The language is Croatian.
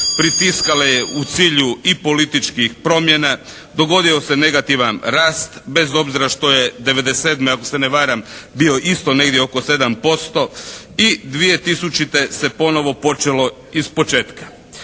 pritiskali ju u cilju i političkih promjena, dogodio se negativan rast bez obzira što je '97. ako se ne varam bio isto negdje oko 7% i 2000. se ponovo počelo iz početka.